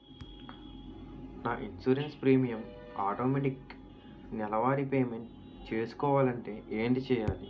నా insurance premium automatic నెలవారి payment చేసుకోవాలంటే ఏంటి చేయాలి?